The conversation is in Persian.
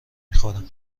میخورم